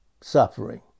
Suffering